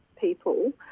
people